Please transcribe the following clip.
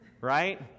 right